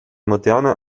moderner